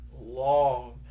long